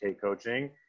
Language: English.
Coaching